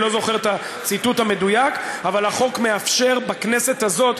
אני לא זוכר את הציטוט המדויק אבל החוק מאפשר בכנסת הזאת,